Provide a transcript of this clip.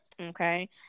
Okay